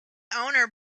owner